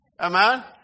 Amen